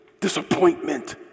disappointment